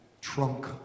trunk